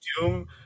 Doom